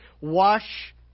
wash